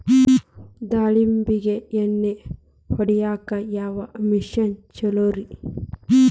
ದಾಳಿಂಬಿಗೆ ಎಣ್ಣಿ ಹೊಡಿಯಾಕ ಯಾವ ಮಿಷನ್ ಛಲೋರಿ?